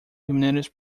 humanities